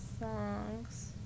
Songs